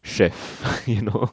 shaft you know